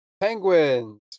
Penguins